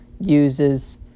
uses